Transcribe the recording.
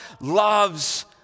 loves